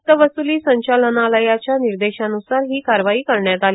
सक्तवस्ली संचालनालयाच्या निर्देशान्सार ही कारवाई करण्यात आली